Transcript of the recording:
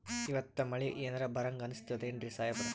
ಇವತ್ತ ಮಳಿ ಎನರೆ ಬರಹಂಗ ಅನಿಸ್ತದೆನ್ರಿ ಸಾಹೇಬರ?